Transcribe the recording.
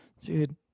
dude